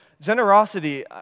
generosity